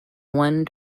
one